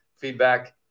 feedback